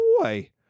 boy